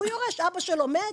אבא שלו מת,